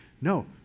No